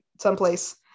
someplace